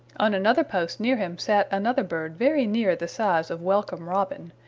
on another post near him sat another bird very near the size of welcome robin.